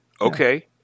okay